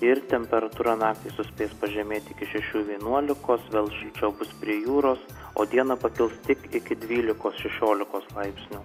ir temperatūra naktį suspės pažemėti iki šešių vienuolikos vėl šilčiau bus prie jūros o dieną pakils tik iki dvylikos šešiolikos laipsnių